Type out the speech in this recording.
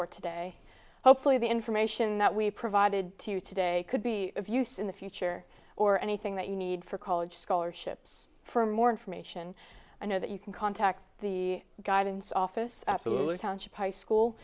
for today hopefully the information that we provided to you today could be of use in the future or anything that you need for college scholarships for more information i know that you can contact the guidance office absolutely township i school